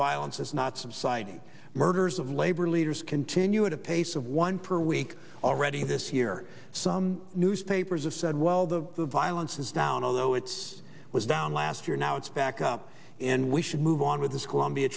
violence has not subsided murders of labor leaders continue at a pace of one per week already this year some newspapers of said well the violence is down although it's was down last year now it's back up and we should move on with this colombia